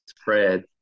spread